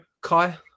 Kai